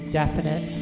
definite